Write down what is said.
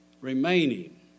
remaining